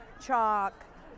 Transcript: chalk